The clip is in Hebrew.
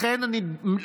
לכן אני דורש,